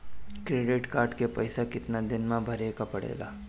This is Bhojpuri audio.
क्रेडिट कार्ड के पइसा कितना दिन में भरे के पड़ेला?